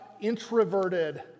introverted